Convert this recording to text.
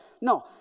No